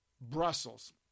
Brussels